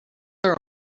are